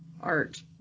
art